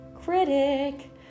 critic